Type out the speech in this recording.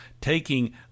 taking